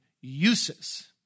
uses